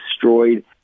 destroyed